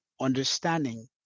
understanding